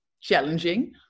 challenging